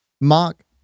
Mark